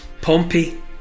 Pompey